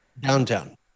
downtown